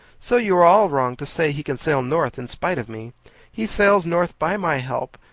so you are all wrong to say he can sail north in spite of me he sails north by my help,